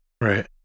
Right